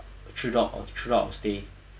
throughout of throughout our stay